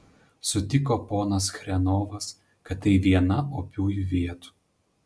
sutiko ponas chrenovas kad tai viena opiųjų vietų